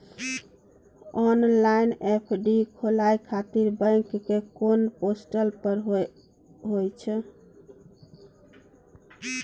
Online FD खोलाबय खातिर bank के कोन पोर्टल पर होए छै?